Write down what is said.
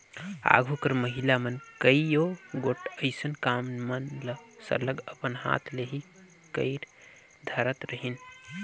आघु कर महिला मन कइयो गोट अइसन काम मन ल सरलग अपन हाथ ले ही कइर धारत रहिन